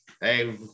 Hey